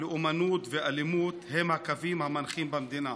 לאומנות ואלימות הם הקווים המנחים במדינה.